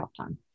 time